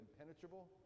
impenetrable